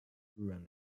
through